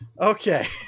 Okay